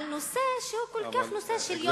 על נושא שהוא כל כך נושא של יום-יום,